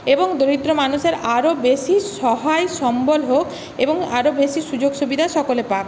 এবং দরিদ্র মানুষের আরো বেশি সহায় সম্বল হোক এবং আরো বেশি সুযোগ সুবিধা সকলে পাক